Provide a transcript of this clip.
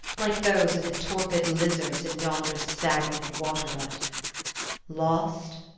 like those of the torpid lizards in yonder stagnant water-butt lost?